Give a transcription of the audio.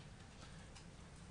אומרת, עיכבו.